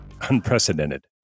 unprecedented